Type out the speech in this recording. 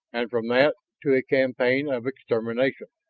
and from that to a campaign of extermination.